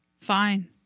fine